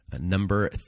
Number